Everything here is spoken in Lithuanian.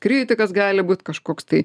kritikas gali būt kažkoks tai